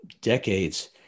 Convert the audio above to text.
decades